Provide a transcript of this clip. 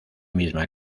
misma